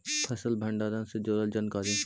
फसल भंडारन से जुड़ल जानकारी?